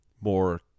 more